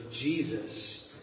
Jesus